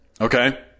Okay